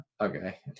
okay